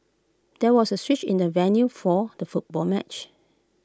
there was A switch in the venue for the football match